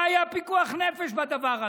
מה היה פיקוח נפש בדבר הזה?